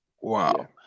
wow